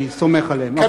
אני סומך עליהם.